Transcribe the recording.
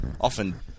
often